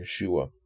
yeshua